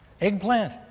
Eggplant